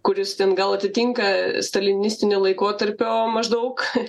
kuris ten gal atitinka stalinistinio laikotarpio maždaug